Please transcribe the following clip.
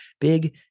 big